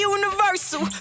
universal